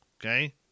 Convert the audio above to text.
Okay